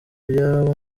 iyabo